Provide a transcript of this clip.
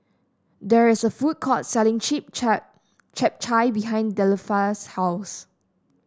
there is a food court selling chip chap Chap Chai behind Delphia's house